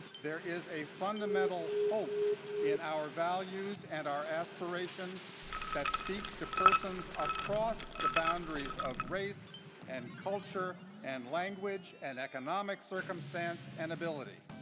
there is a fundamental hope in our values and our aspirations that speaks to persons across the boundaries of race and culture and language and economic circumstance and ability.